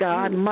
God